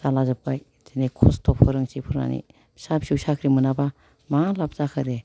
जालाजोबबाय दिनै खस्थ' फोरोंसे फोरोंनानै फिसा फिसौ साख्रि मोनाबा मा लाब जाखो दे